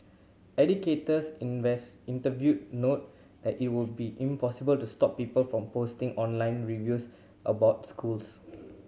educators invest interviewed noted that it would be impossible to stop people from posting online reviews about schools